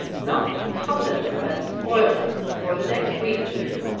not cosset her and spoil her for the next week or two.